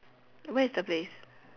where is the place